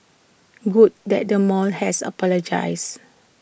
good that the mall has apologised